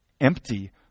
empty